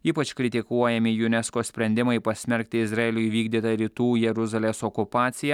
ypač kritikuojami unesco sprendimai pasmerkti izraelio įvykdytą rytų jeruzalės okupaciją